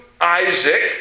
Isaac